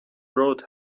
رود